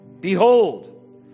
Behold